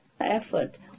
Effort